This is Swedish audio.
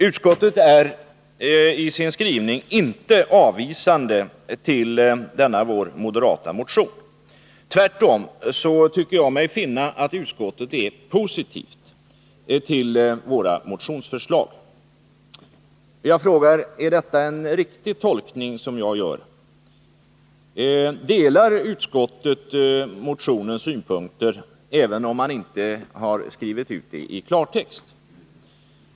Utskottet är i sin skrivning inte avvisande till denna vår moderata motion. Tvärtom tycker jag mig finna att utskottet är positivt till våra motionsförslag. Jag frågar: Är det en riktig tolkning som jag gör? Delar utskottet motionens synpunkter, även om det inte skrivits ut i klartext?